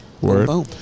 Word